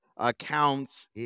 accounts